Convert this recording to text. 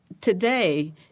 today